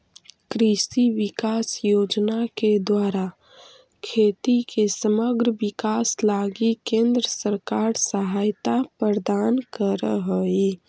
कृषि विकास योजना के द्वारा खेती के समग्र विकास लगी केंद्र सरकार सहायता प्रदान करऽ हई